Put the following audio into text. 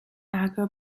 agro